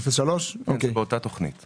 זה באותה תוכנית.